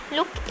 Look